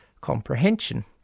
comprehension